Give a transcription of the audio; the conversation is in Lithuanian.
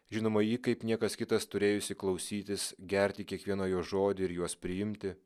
žinoma ji kaip niekas kitas turėjusi klausytis gerti kiekvieną jo žodį ir juos priimti